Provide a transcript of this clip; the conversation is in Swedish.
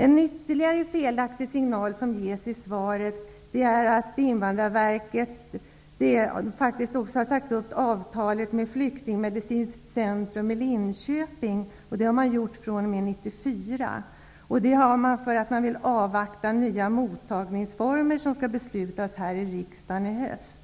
En ytterligare felaktig signal som ges i svaret är att det inte framgår av interpellationssvaret att Invandrarverket har sagt upp avtalet med Flyktingmedicinskt Centrum i Linköping. Avtalet upphör att gälla 1994. Det här har gjorts för att Invandrarverket vill avvakta besluten om de nya mottagningsformerna som riksdagen skall fatta i höst.